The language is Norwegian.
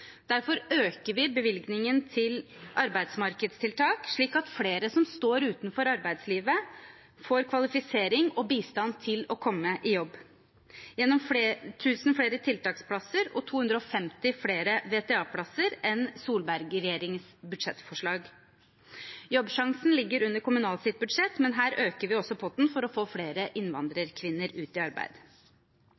Derfor øker vi bevilgningen til arbeidsmarkedstiltak, slik at flere som står utenfor arbeidslivet, får kvalifisering og bistand til å komme i jobb gjennom 1 000 flere tiltaksplasser og 250 flere VTA-plasser enn Solberg-regjeringens budsjettforslag. Jobbsjansen ligger under kommunalkomiteens budsjett, men her øker vi også potten for å få flere